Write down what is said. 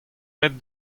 aet